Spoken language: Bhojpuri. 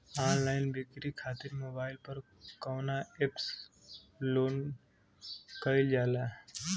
ऑनलाइन बिक्री खातिर मोबाइल पर कवना एप्स लोन कईल जाला?